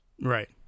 Right